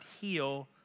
heal